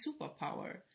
superpower